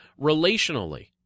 relationally